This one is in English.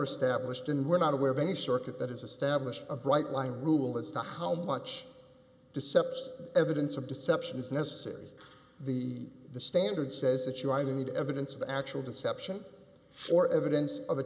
established and we're not aware of any circuit that is established a bright line rule as to how much deception evidence of deception is necessary the the standard says that you either need evidence of actual deception or evidence of a